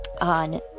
on